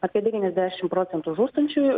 apie devyniasdešim procentų žūstančiųjų